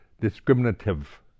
discriminative